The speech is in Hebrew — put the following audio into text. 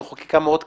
זו חקיקה מאוד קצרה,